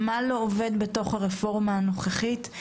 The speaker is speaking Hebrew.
מה לא עובד ברפורמה הנוכחית,